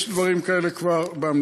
יש כבר דברים כאלה במדינה.